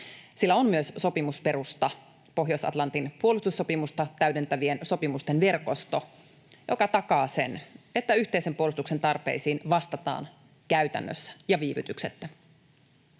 Sillä on myös sopimusperusta: Pohjois-Atlantin puolustussopimusta täydentävien sopimusten verkosto, joka takaa sen, että yhteisen puolustuksen tarpeisiin vastataan käytännössä ja viivytyksettä.